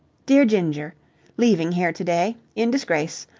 dear ginger leaving here to-day. in disgrace.